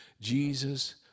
Jesus